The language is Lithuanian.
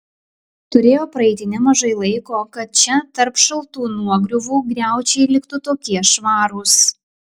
turėjo praeiti nemažai laiko kad čia tarp šaltų nuogriuvų griaučiai liktų tokie švarūs